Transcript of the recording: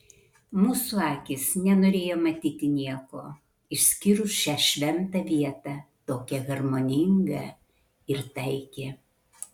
mūsų akys nenorėjo matyti nieko išskyrus šią šventą vietą tokią harmoningą ir taikią